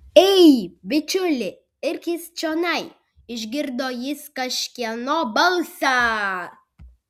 ei bičiuli irkis čionai išgirdo jis kažkieno balsą